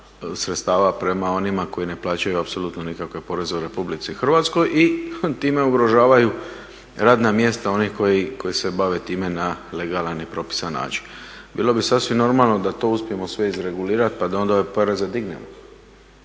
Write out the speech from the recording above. sredstava prema onima koji ne plaćaju apsolutno nikakve poreze u RH i time ugrožavaju radna mjesta onih koji se bave time na legalan i propisan način. Bilo bi sasvim normalno da to uspijemo sve izregulirati pa da onda poreze dignemo.